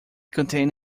contained